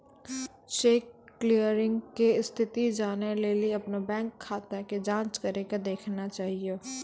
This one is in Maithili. चेक क्लियरिंग के स्थिति जानै लेली अपनो बैंक खाता के जांच करि के देखना चाहियो